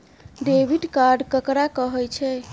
Debit card ककरा कहै छै?